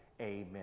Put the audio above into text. Amen